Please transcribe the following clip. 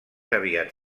aviat